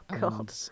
God